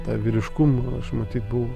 tą vyriškumą matyt buvo